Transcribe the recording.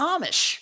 Amish